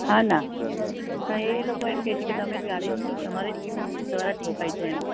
ના ના એ લોકો એમ કહે છે કે તમે જ ગાડી તમારી જ દ્વારા જ ઠોકાઈ છે એમ